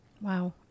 Wow